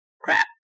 crap